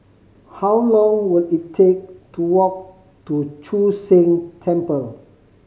how long will it take to walk to Chu Sheng Temple